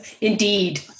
Indeed